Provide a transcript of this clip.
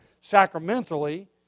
sacramentally